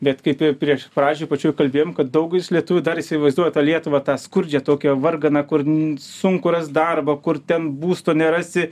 bet kaip ir prieš pradžioj pačioj kalbėjom kad daugelis lietuvių dar įsivaizduoja tą lietuvą tą skurdžią tokią varganą kur sunku rast darbą kur ten būsto nerasi